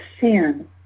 sin